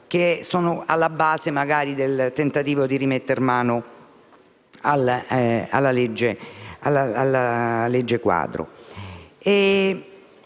che sono alla base del tentativo di rimettere mano alla legge quadro.